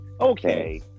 Okay